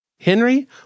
Henry